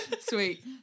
sweet